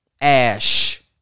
Ash